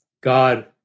God